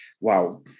Wow